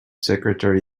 secretary